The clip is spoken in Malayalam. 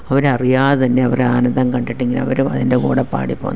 അവരറിയാതെ തന്നെ അവരാനന്ദം കണ്ടിട്ട് ഇങ്ങനെ അവരും അതിൻ്റെ കൂടെ പാടി പോകുന്നു